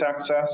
access